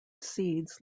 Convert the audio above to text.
seeds